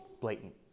blatant